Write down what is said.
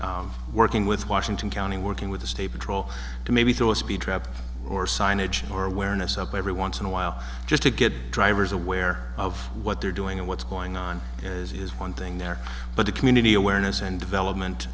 that working with washington county working with the state patrol to maybe through a speed trap or signage or awareness up every once in a while just to get drivers aware of what they're doing and what's going on as is one thing there but the community awareness and development